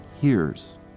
hears